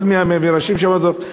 אחד מראשי מחברי הדוח,